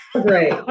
Great